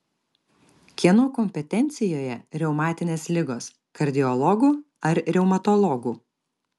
kieno kompetencijoje reumatinės ligos kardiologų ar reumatologų